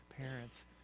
parents